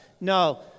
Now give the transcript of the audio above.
No